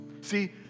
see